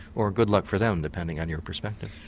or good luck for them, depending on your perspective.